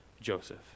Joseph